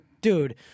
dude